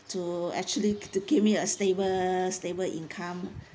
to actually to give me a stable stable income